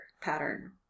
pattern